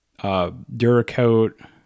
Duracoat